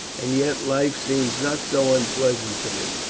and yet life seems not so unpleasant to me.